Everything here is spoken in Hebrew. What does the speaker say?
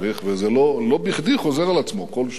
ולא בכדי זה חוזר על עצמו כל שנה,